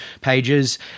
pages